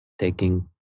Taking